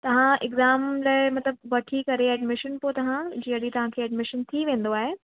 तव्हां एग्ज़ाम लाइ मतिलबु वठी करे एडमीशन पोइ तव्हां जंहिं ॾींहु तव्हां खे एडमीशन थी वेंदो आहे